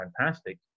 fantastic